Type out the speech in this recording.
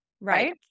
right